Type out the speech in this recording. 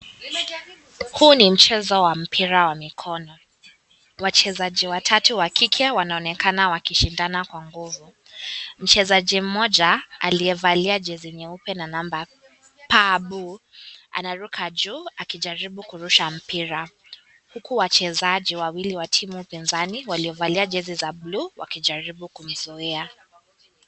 Huu ni mchezo wa mpira wa mikono, wachezaji watatu wa kike wanaonekana wakishindana kwa nguvu, mchezaji mmoja aliyevalia jezi nyeupe na namba babu anaruka juu akijaribu kurusha mpira huku wachezaji wawili timu waliovalia jezi za bluu wakijaribu kuizoea.